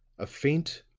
a faint,